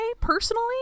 personally